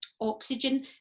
oxygen